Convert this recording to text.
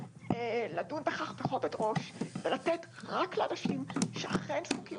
לדון בכך בכובד ראש ולתת רק לאנשים שאכן זקוקים